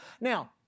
Now